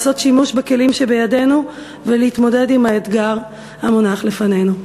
לעשות שימוש בכלים שבידינו ולהתמודד עם האתגר המונח לפנינו.